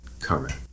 current